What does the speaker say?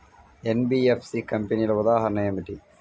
NBFC కంపెనీల ఉదాహరణ ఏమిటి?